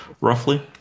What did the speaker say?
roughly